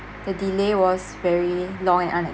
the delay was very and